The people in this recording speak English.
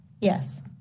Yes